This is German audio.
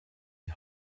die